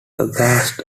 aghast